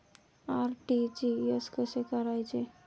RTGS कसे करायचे?